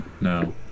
no